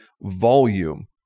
volume